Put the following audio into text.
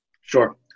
Sure